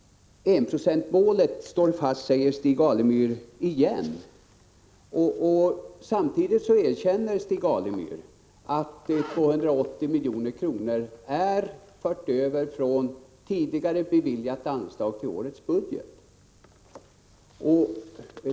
Enprocentsmålet står fast, säger alltså Stig Alemyr igen. Samtidigt erkänner Stig Alemyr att 280 milj.kr. har förts över från tidigare beviljat anslag till årets budget.